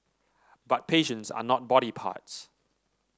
but patients are not body parts